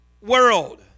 world